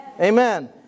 Amen